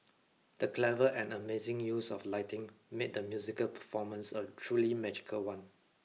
the clever and amazing use of lighting made the musical performance a truly magical one